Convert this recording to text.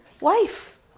wife